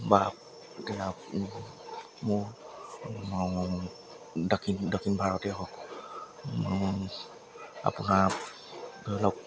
বা এতিয়া মোৰ দক্ষিণ দক্ষিণ ভাৰতেই হওক আপোনাৰ ধৰি লওক